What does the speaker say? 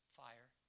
fire